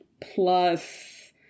plus